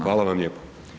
Hvala vam lijepo.